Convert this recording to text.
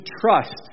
trust